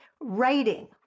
writing